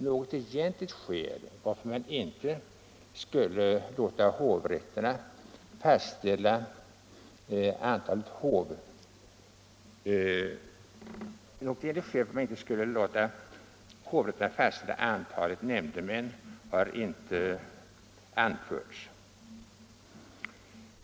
Något egentligt skäl till att man skulle låta hovrätterna fastställa antalet nämndemän har inte anförts.